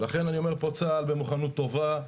ולכן אני אומר פה, צה"ל במוכנות טובה.